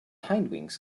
hindwings